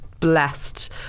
Blessed